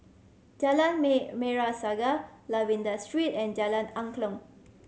Jalan Merah Saga Lavender Street and Jalan Angklong